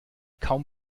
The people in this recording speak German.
kaum